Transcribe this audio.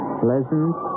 pleasant